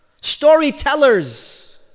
storytellers